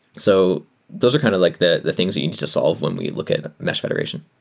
so those are kind of like the the things that you need to solve when we look at mesh federation.